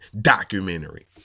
documentary